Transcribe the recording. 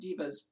divas